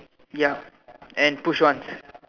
ya and push on